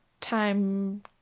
time